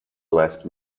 left